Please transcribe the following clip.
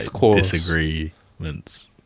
disagreements